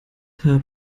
habe